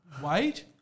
white